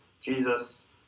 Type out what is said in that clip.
Jesus